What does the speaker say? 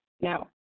Now